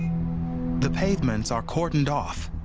the pavements are cordoned off.